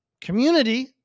community